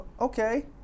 okay